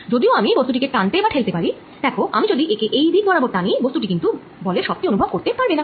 যদিও আমি বস্তুটি কে টানতে বা ঠেলতে পারি দেখ আমি যদি একে এই দিক বরাবর টানি বস্তুটি কিন্তু বলের সবটি অনুভব করতে পারবে না